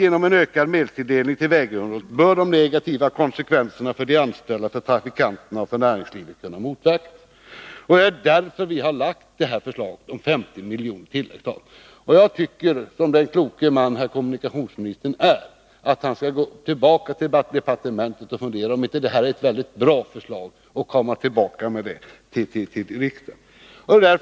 Genom en ökad medelstilldelning till väghållningen bör de negativa konsekvenserna för de anställda, för trafikanterna och för näringslivet kunna motverkas. Det är därför vi har lagt fram detta förslag om 50 miljoner i tilläggsanslag. Jag tycker att kommunikationsministern, som är en klok man, skall gå till departementet och fundera över om inte detta är ett bra förslag och komma tillbaka till riksdagen med det.